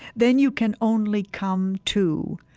then you can only come to